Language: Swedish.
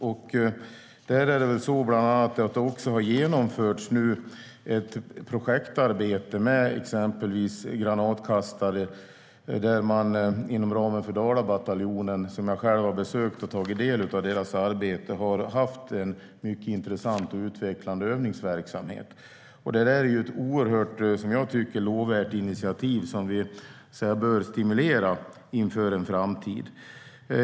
Det har bland annat genomförts ett projektarbete med exempelvis granatkastare där man inom ramen för Dalabataljonen, som jag själv har besökt för att ta del av deras arbete, har haft en mycket intressant och utvecklande övningsverksamhet. Det tycker jag är ett oerhört lovvärt initiativ som vi bör stimulera inför framtiden.